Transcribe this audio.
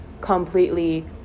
completely